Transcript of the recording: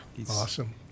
Awesome